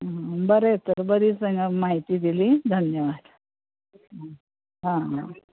बरें तर बरी म्हायती दिली धन्यवाद